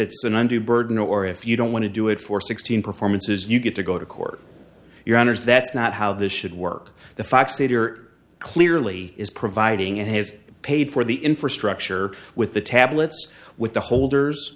it's an undue burden or if you don't want to do it for sixteen performances you get to go to court your honors that's not how this should work the facts later clearly is providing it has paid for the infrastructure with the tablets with the holders